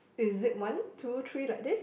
is it one two three like this